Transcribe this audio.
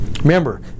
remember